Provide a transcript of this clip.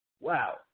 Wow